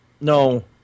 No